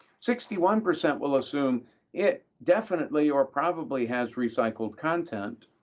sixty-one percent will assume it definitely or probably has recycled content.